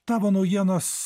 tavo naujienos